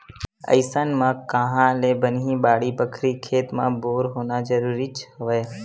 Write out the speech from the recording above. अइसन म काँहा ले बनही बाड़ी बखरी, खेत म बोर होना जरुरीच हवय